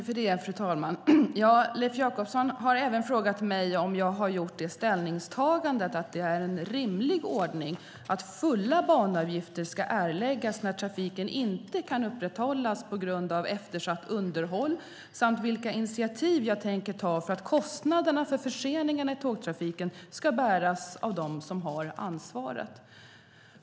Fru talman! Leif Jakobsson har frågat mig om jag har gjort det ställningstagandet att det är en rimlig ordning att fulla banavgifter ska erläggas när trafiken inte kan upprätthållas på grund av eftersatt underhåll samt vilka initiativ jag tänker ta för att kostnaderna för förseningarna i tågtrafiken ska bäras av den som har ansvaret.